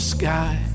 sky